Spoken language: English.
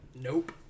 Nope